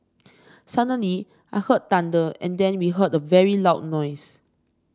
suddenly I heard thunder and then we heard a very loud noise